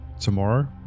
tomorrow